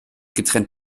getrennt